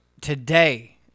Today